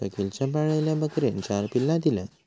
शकिलच्या पाळलेल्या बकरेन चार पिल्ला दिल्यान